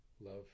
love